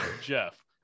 Jeff